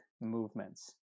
movements